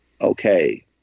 okay